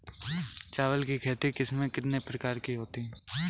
चावल की खेती की किस्में कितने प्रकार की होती हैं?